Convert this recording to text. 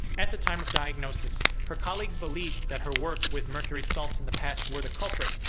at the time of diagnosis, her colleagues believed that her work with mercury salts in the past were the culprit.